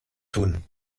tun